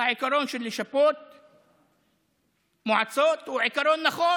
העיקרון של שיפוי מועצות הוא עיקרון נכון.